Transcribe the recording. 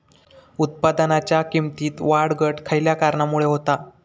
उत्पादनाच्या किमतीत वाढ घट खयल्या कारणामुळे होता?